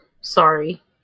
sorry